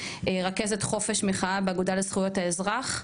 רכזת חופש מחאה באגודה לזכויות האזרח.